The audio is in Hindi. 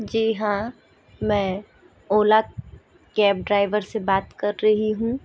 जी हाँ मैं ओला कैब ड्राइवर से बात कर रही हूँ